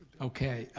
okay,